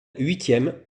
huitième